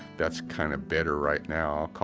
that's kind of better right now.